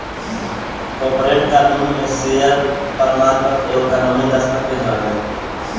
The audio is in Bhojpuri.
कॉर्पोरेट कानून में शेयर प्रमाण पत्र एगो कानूनी दस्तावेज हअ